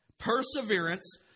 perseverance